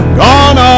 gone